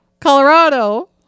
Colorado